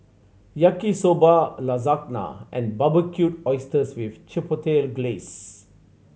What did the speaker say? Yaki Soba Lasagna and Barbecued Oysters with Chipotle Glaze